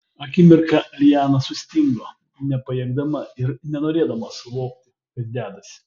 akimirką liana sustingo nepajėgdama ir nenorėdama suvokti kas dedasi